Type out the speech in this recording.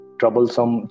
troublesome